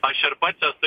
aš ir pats esu